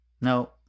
No